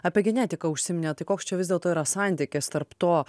apie genetiką užsiminėt tai koks čia vis dėlto yra santykis tarp to